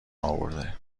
اورده